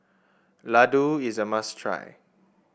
Ladoo is a must try